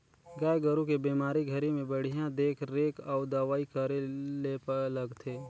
गाय गोरु के बेमारी घरी में बड़िहा देख रेख अउ दवई करे ले लगथे